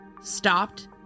stopped